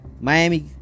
Miami